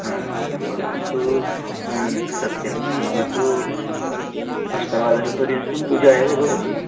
हा मम तु सत्यं मम तु अष्टवादनपर्यन्तं पूजा एव भवति